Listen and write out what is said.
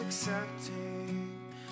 Accepting